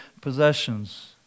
possessions